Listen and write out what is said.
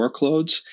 workloads